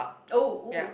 oh !woo!